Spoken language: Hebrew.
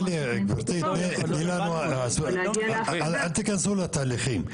אל תיכנסו לתהליכים.